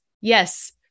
yes